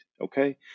Okay